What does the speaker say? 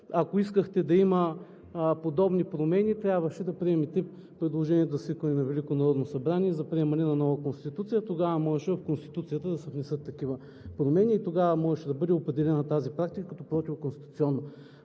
Ако искахте да има подобни промени, трябваше да приемете предложението за свикване на Велико народно събрание за приемане на нова Конституция и тогава в Конституцията можеше да се внесат такива промени и тогава можеше да бъде определена тази практика като противоконституционна.